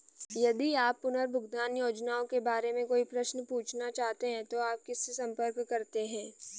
यदि आप पुनर्भुगतान योजनाओं के बारे में कोई प्रश्न पूछना चाहते हैं तो आप किससे संपर्क करते हैं?